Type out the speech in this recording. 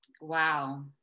Wow